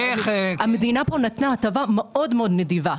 המדינה פה נתנה הטבה מאוד נדיבה,